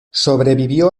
sobrevivió